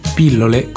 pillole